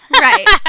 Right